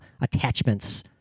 attachments